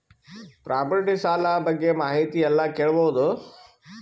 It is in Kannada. ಪ್ರಾಪರ್ಟಿ ಸಾಲ ಬಗ್ಗೆ ಮಾಹಿತಿ ಎಲ್ಲ ಕೇಳಬಹುದು?